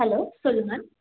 hello சொல்லுங்க